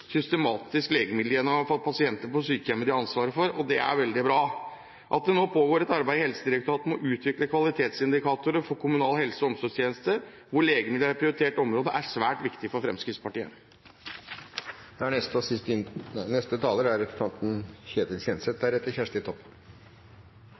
systematisk legemiddelgjennomgang for pasienter på sykehjem som de har ansvar for. Det er veldig bra. At det nå pågår et arbeid i Helsedirektoratet med å utvikle kvalitetsindikatorer for kommunale helse- og omsorgstjenester, hvor legemidler er et prioritert område, er svært viktig for